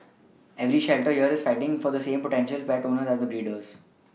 every shelter here is fighting for the same potential pet owners as the breeders